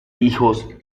hijos